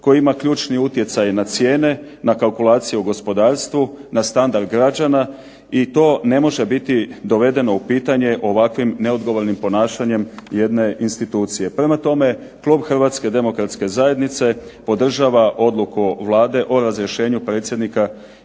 koji ima ključni utjecaj na cijene, na kalkulacije u zdravstvu, na standard građana, i to ne može biti dovedeno u pitanje ovakvim neodgovornim ponašanjem ovakve institucije. Prema tome, Klub Hrvatske demokratske zajednice podržava Odluku Vlade o razrješenju predsjednika